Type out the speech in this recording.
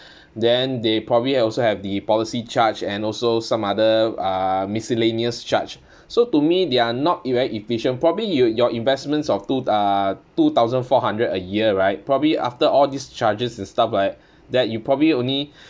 then they probably also have the policy charge and also some other uh miscellaneous charge so to me they are not very efficient probably you your investments of two uh two thousand four hundred a year right probably after all these charges and stuff like that you probably only